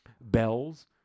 bells